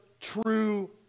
true